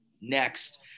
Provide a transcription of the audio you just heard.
Next